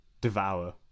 devour